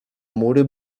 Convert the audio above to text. mury